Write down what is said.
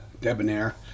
debonair